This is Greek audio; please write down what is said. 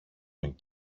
τον